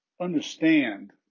understand